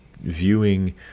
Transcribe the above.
viewing